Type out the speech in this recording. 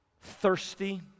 thirsty